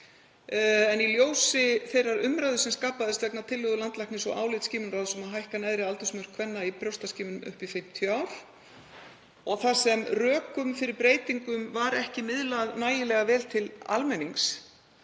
En í ljósi þeirrar umræðu sem skapaðist vegna tillögu landlæknis og álits skimunarráðsins um að hækka neðri aldursmörk kvenna í brjóstaskimun upp í 50 ár og þar sem rökum fyrir breytingum var ekki miðlað nægilega vel til almennings,